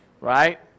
Right